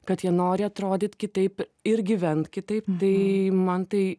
kad jie nori atrodyt kitaip ir gyvent kitaip tai man tai